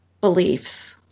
beliefs